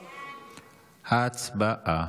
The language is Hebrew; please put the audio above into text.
הצבעה.